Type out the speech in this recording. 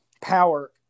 power